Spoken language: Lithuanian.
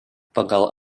pagal